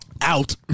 Out